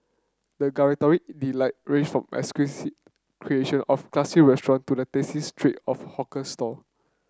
the gustatory delight range from exquisite creation of classy restaurant to the tasty treat of hawker stall